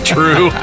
True